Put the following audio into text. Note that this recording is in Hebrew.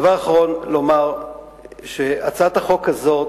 הדבר האחרון, ברצוני לומר שהצעת החוק הזאת